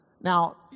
Now